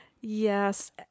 Yes